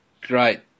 great